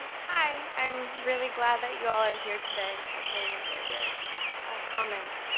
hi, i'm really glad that you all are here today. i've really enjoyed your comments.